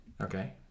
Okay